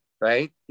right